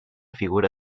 figura